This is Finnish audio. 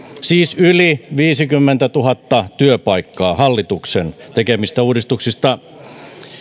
siis yli viisikymmentätuhatta työpaikkaa hallituksen tekemistä uudistuksista